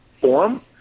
forum